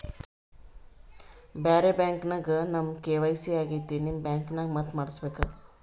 ಬ್ಯಾರೆ ಬ್ಯಾಂಕ ನ್ಯಾಗ ನಮ್ ಕೆ.ವೈ.ಸಿ ಆಗೈತ್ರಿ ನಿಮ್ ಬ್ಯಾಂಕನಾಗ ಮತ್ತ ಮಾಡಸ್ ಬೇಕ?